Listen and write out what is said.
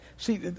See